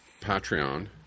Patreon